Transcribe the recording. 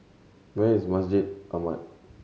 where is Masjid Ahmad